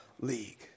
league